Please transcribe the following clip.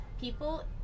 people